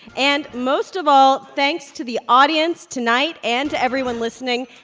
and most of all, thanks to the audience tonight and to everyone listening.